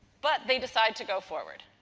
but, they decide to go forward.